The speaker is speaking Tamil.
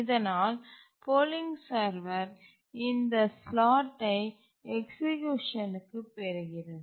இதனால் போலிங் சர்வர் இந்த ஸ்லாட்டை எக்சீக்யூசன்க்கு பெறுகிறது